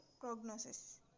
prognosis